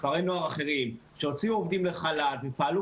כפרי נוער אחרים שהוציאו עובדים לחל"ת ופעלו